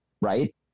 Right